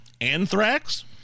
anthrax